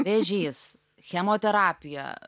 vėžys chemoterapija